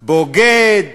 בוגד,